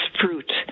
fruit